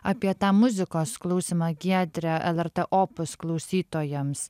apie tą muzikos klausymą giedre lrt opus klausytojams